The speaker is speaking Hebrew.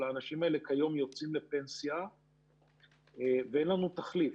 אבל אנשים האלה כיום יוצאים לפנסיה ואין לנו תחליף.